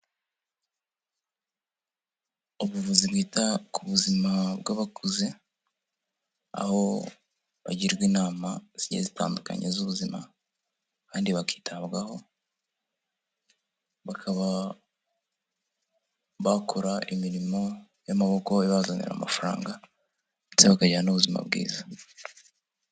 Ubuvuzi bwita ku buzima bw'abakuze, aho bagirwa inama zigiye zitandukanye z'ubuzima kandi bakitabwaho, bakaba bakora imirimo y'amaboko ibazanira amafaranga ndetse bakajyana n'ubuzima bwiza.